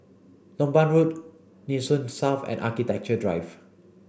lompang Road Nee Soon South and Architecture Drive